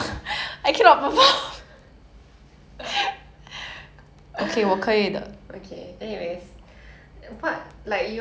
what like you're~ you know I'm supposed to treat you so what food give me some options of what food or what shops you would like to try